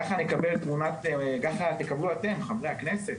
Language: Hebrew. ככה אתם, חברי הכנסת,